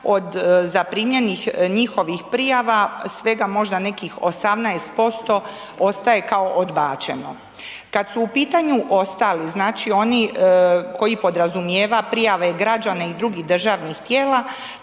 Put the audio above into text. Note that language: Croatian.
od zaprimljenih njihovih prijava svega možda nekih 18% ostaje kao odbačeno. Kad su u pitanju ostali, znači oni koji podrazumijeva prijave građana i drugih državnih tijela